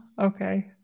Okay